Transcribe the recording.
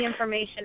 information